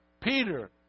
Peter